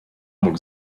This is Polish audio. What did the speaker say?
bok